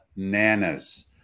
Nanas